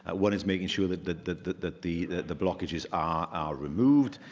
one is making sure that the that that the the blockages are removed.